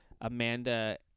Amanda